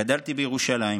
גדלתי בירושלים,